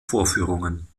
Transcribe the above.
vorführungen